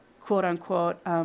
quote-unquote –